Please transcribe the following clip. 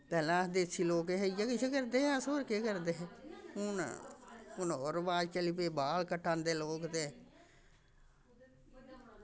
पैह्ले अस देसी लोक हे इ'यै किश करदे हे अस होर केह् करदे हे हून हून होर रवाज चली पे बाल कटांदे लोक ते